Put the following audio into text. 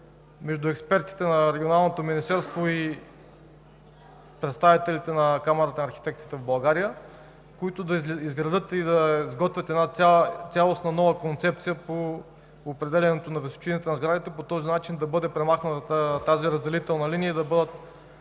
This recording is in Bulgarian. между експертите на Регионалното министерство и представителите на Камарата на архитектите в България, които да изготвят цялостна нова концепция по определянето на височините на сградите – по този начин да бъде премахната разделителната линия и да бъдат